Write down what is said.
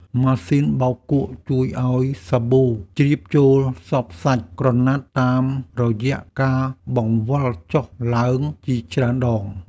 ម៉ាស៊ីនបោកគក់ជួយឱ្យសាប៊ូជ្រាបចូលសព្វសាច់ក្រណាត់តាមរយៈការបង្វិលចុះឡើងជាច្រើនដង។